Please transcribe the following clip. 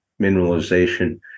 mineralization